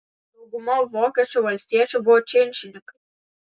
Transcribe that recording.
dauguma vokiečių valstiečių buvo činšininkai